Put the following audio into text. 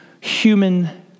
Human